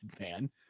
man